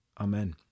Amen